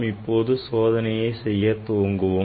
இப்போது நாம் சோதனையை செய்ய தொடங்கலாம்